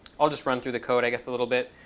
i'll just run through the code, i guess, a little bit.